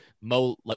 Mo